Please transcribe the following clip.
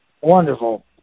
wonderful